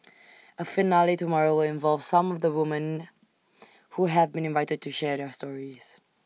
A finale tomorrow will involve some of the women who have been invited to share their stories